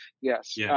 Yes